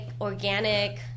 organic